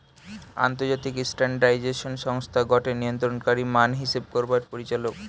আন্তর্জাতিক স্ট্যান্ডার্ডাইজেশন সংস্থা গটে নিয়ন্ত্রণকারী মান হিসেব করবার পরিচালক